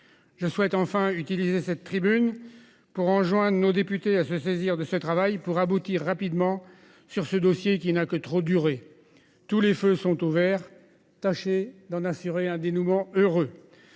Je souhaite enfin utiliser cette tribune pour enjoindre nos députés à se saisir de ce travail pour aboutir rapidement sur ce dossier qui n'a que trop duré. Tous les feux sont au Vert tâcher d'en assurer un dénouement heureux.